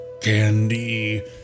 candy